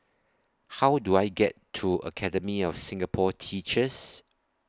How Do I get to Academy of Singapore Teachers